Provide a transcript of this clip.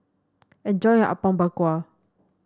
enjoy your Apom Berkuah